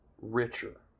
richer